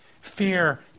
Fear